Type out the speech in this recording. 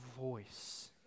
voice